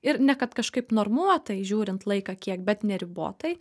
ir ne kad kažkaip normuotai žiūrint laiką kiek bet neribotai